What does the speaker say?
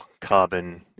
carbon